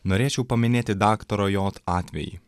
norėčiau paminėti daktaro j atvejį